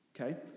Okay